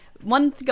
One